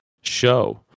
show